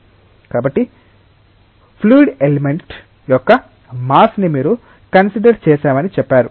కాబట్టి fluid element యొక్క mass ని మీరు కన్సిడర్ చేసామని చెప్పారు